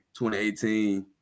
2018